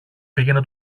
πήγαινε